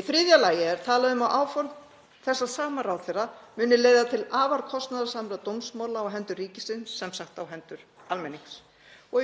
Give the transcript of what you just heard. Í þriðja lagi er talað um að áform þessa sama ráðherra muni leiða til afar kostnaðarsamra dómsmála á hendur ríkisins, sem sagt á hendur almennings.